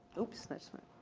oops, that's